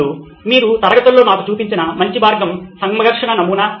ఇప్పుడు మీరు తరగతుల్లో నాకు చూపించిన మంచి మార్గం సంఘర్షణ నమూనా